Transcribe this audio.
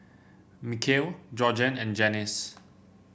Michale Georgeann and Janyce